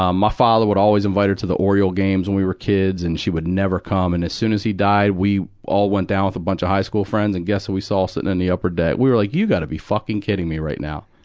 ah my father would always invite her to the oriole games when we were kids, and she would never come. and as soon as he died, we all went down with a bunch of high school friends, and guess who we saw sitting in the upper deck? we were like, you gotta be fucking kidding me right now.